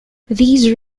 these